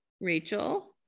Rachel